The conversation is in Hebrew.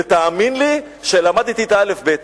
ותאמין לי שלמדתי את האל"ף-בי"ת,